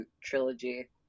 trilogy